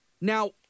Now